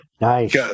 Nice